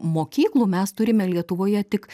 mokyklų mes turime lietuvoje tik